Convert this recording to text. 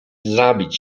zabić